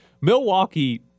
Milwaukee